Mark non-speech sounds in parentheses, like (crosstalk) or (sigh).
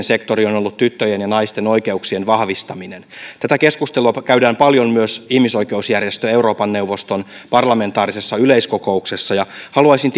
(unintelligible) sektori on on ollut tyttöjen ja naisten oikeuksien vahvistaminen tätä keskustelua käydään paljon myös ihmisoikeusjärjestöissä ja euroopan neuvoston parlamentaarisessa yleiskokouksessa haluaisin (unintelligible)